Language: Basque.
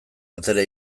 batera